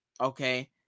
Okay